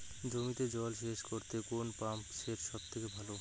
জমিতে জল সেচ করতে কোন পাম্প সেট সব থেকে ভালো?